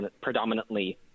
predominantly